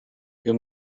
you